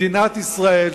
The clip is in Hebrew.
מדינת ישראל,